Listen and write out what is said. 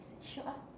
show up